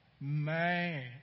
man